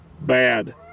bad